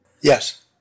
Yes